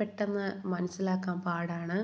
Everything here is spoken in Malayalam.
പെട്ടന്ന് മനസ്സിലാക്കാൻ പാടാണ്